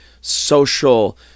social